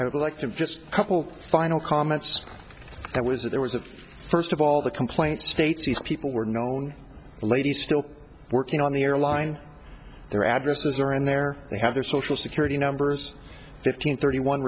would like to just a couple final comments i was that there was a first of all the complaint states these people were known ladies still working on the airline their addresses are on their they have their social security numbers fifteen thirty one